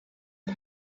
and